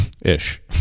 ish